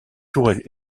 tourelle